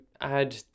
add